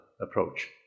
approach